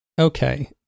Okay